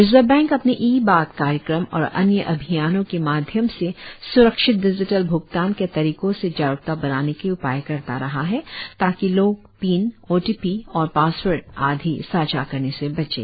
reserve bank अपने e बात कार्यक्रम और अन्य अभियानों के माध्यम से स्रक्षित डिजिटल भ्गतान के तरीक़ों से जागरुकता बढ़ाने के उपाय करता रहा है ताकि लोग पिन ओटीपी और पासवर्ड आदि साझा करने से बचें